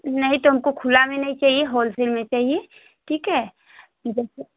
नहीं तो हमको खुला में नहीं चाहिए होलसेल में चाहिए ठीक है